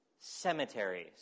cemeteries